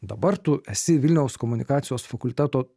dabar tu esi vilniaus komunikacijos fakulteto